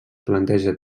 planteja